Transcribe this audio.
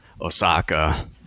osaka